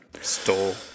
Stole